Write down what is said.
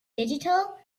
digital